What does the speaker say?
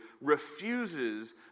refuses